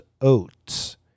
Oats